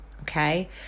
okay